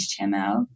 HTML